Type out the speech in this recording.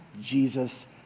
Jesus